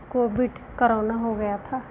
Covid corona हो गया था